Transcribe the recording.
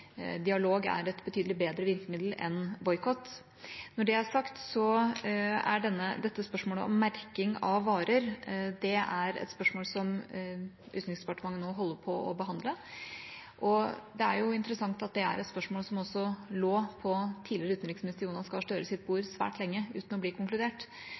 Dialog er et betydelig bedre virkemiddel enn boikott. Når det er sagt, er spørsmålet om merking av varer et spørsmål som Utenriksdepartementet nå holder på å behandle. Det er interessant at dette spørsmålet også lå på tidligere utenriksminister Jonas Gahr Støres bord svært lenge uten å bli konkludert.